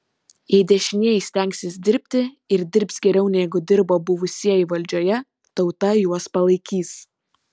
jei dešinieji stengsis dirbti ir dirbs geriau negu dirbo buvusieji valdžioje tauta juos palaikys